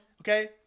Okay